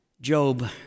Job